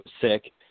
sick